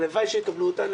הלוואי שיקבלו אותן,